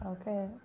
Okay